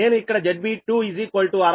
5 Ω అని రాశాను